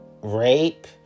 rape